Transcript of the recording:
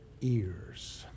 ears